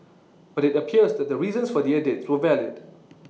but IT appears that the reasons for the edits were valid